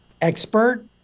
expert